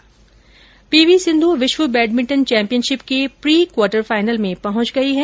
P V Sindhu विश्व badminton championship के pre quarter final में पहुंच गई हैं